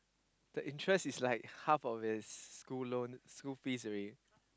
the interest is like half of it is school loan school fees already